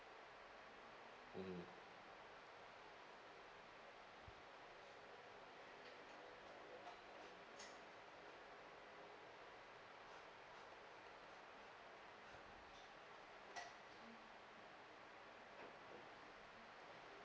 mmhmm